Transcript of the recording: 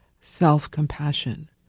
self-compassion